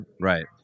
Right